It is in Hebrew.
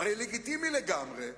הרי לגיטימי לגמרי,